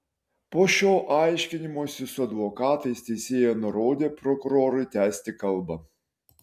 po šio aiškinimosi su advokatais teisėja nurodė prokurorui tęsti kalbą